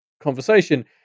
conversation